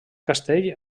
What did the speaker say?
castell